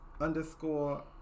underscore